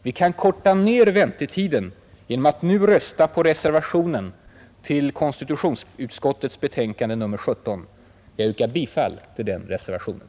Vi kan korta ner väntetiden genom att nu i dag rösta på reservationen till konstitutionsutskottets betänkande nr 17. Jag yrkar bifall till den reservationen.